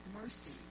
mercy